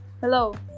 Hello